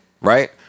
Right